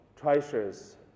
treasures